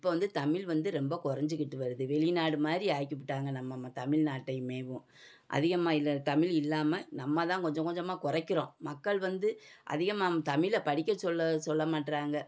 இப்பபோ வந்து தமிழ் வந்து ரொம்ப கொறைஞ்சிக்கிட்டு வருது வெளிநாடு மாதிரி ஆக்கிவிட்டாங்க நம்மம்ம தமிழ் நாட்டையுமே அதிகமாக இல்லை தமிழ் இல்லாமல் நம்ம தான் கொஞ்சம் கொஞ்சமாக குறைக்குறோம் மக்கள் வந்து அதிகமாக தமிழை படிக்கச் சொல்ல சொல்ல மாட்றாங்க